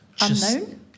Unknown